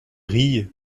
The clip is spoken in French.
rient